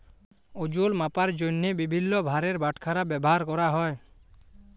ওজল মাপার জ্যনহে বিভিল্ল্য ভারের বাটখারা ব্যাভার ক্যরা হ্যয়